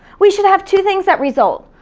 we should have two things that result.